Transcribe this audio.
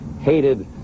hated